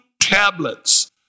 tablets